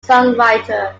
songwriter